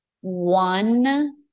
one